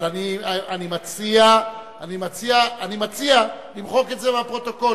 אבל אני מציע למחוק את זה מהפרוטוקול,